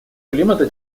климата